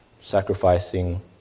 sacrificing